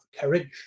courage